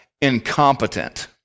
incompetent